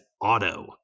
Auto